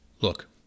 Look